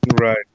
Right